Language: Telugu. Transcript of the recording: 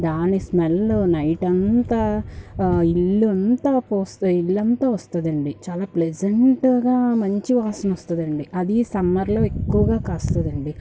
దాని స్మెల్ నైట్ అంతా ఇల్లంతా ఇల్లంతా వస్తుందండి చాలా ప్లెసెంట్గా మంచి వాసన వస్తుదండి అది సమ్మర్లో ఎక్కువగా కాస్తుందండి